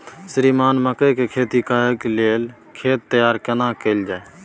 श्रीमान मकई के खेती कॉर के लेल खेत तैयार केना कैल जाए?